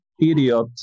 idiot